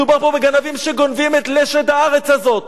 מדובר פה בגנבים שגונבים את לשד הארץ הזאת,